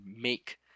make